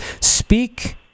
speak